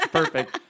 perfect